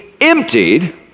emptied